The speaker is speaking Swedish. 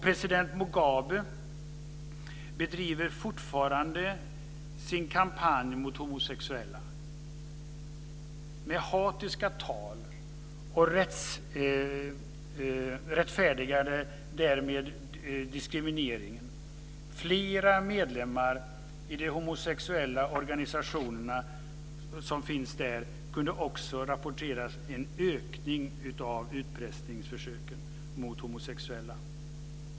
President Mugabe bedriver fortfarande sin kampanj mot homosexuella med hatiska tal, och han har därmed rättfärdigat diskrimineringen. Flera medlemmar i organisationer för homosexuella som finns där kunde också rapportera en ökning av utpressningsförsöken mot homosexuella.